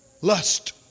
Lust